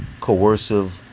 coercive